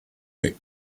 but